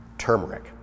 Turmeric